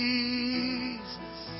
Jesus